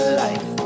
life